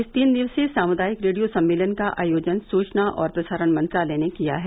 इस तीन दिवसीय सामूदायिक रेडियो सम्मेलन का आयोजन सूचना और प्रसारण मंत्रालय ने किया है